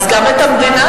אז גם את המדינה.